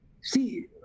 see